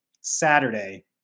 Saturday